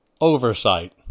oversight